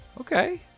Okay